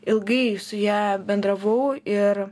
ilgai su ja bendravau ir